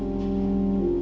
and